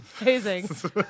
amazing